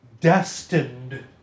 destined